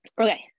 okay